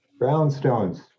Brownstones